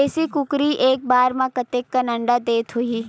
देशी कुकरी एक बार म कतेकन अंडा देत होही?